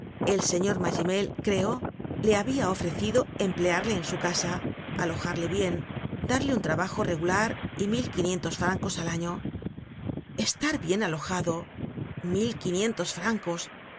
el señor magimel creo le habia ofrecido emplearle en su casa alojarle bien darle un trabajo regular y mil quinientos francos al año estar bien alojado mil quinientos francos